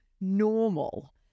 normal